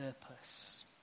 purpose